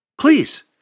Please